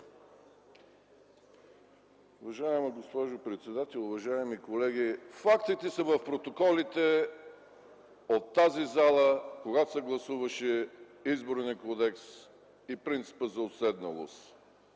Уважаема госпожо председател! Уважаеми колеги, фактите са в протоколите от тази зала, когато се гласуваше Изборният кодекс и принципът за уседналост.